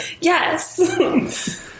Yes